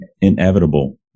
inevitable